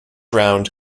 round